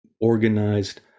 organized